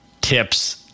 tips